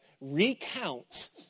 recounts